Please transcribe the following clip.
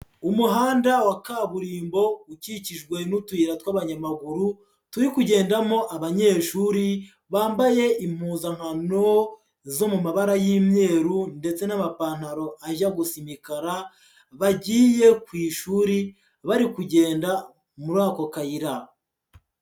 Umuhanda wa kaburimbo ukikijwe n'utuyira tw'abanyamaguru turi kugendamo abanyeshuri bambaye impuzankano zo mu mabara y'imyeru ndetse n'amapantaro ajya gusu imikara bagiye ku ishuri bari kugenda muri ako kayira.